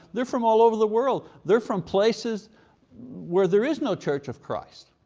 they're from all over the world. they're from places where there is no church of christ.